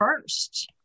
first